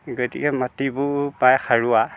গতিকে মাটিবোৰ প্ৰায় সাৰুৱা